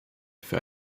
für